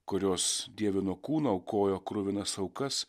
kurios dievino kūną aukojo kruvinas aukas